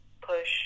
push